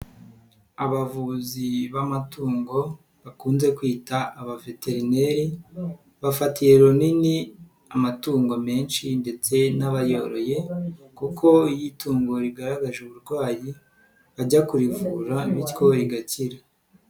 Abavuzi b'amatungo bakunze kwita abaveterineri bafatiye runini amatungo menshi ndetse n'abayoroye kuko iyo itungo rigaragaje uburwayi bajya kurivura bityo rigakira.